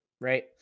right